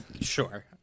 Sure